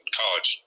college